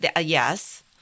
Yes